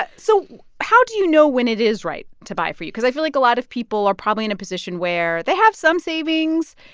but so how do you know when it is right to buy for you? because i feel like a lot of people are probably in a position where they have some savings.